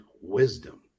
wisdom